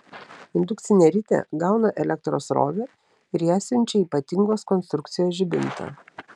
indukcinė ritė gauna elektros srovę ir ją siunčia į ypatingos konstrukcijos žibintą